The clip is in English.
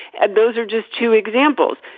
and those are just two examples.